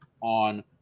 on